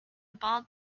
bald